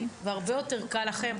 כי הרבה יותר קל לכם.